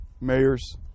mayors